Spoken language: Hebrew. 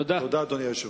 תודה, אדוני היושב-ראש.